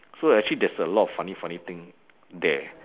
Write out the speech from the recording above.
so actually there's a lot of funny funny thing there